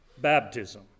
baptism